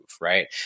right